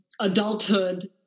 adulthood